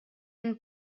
han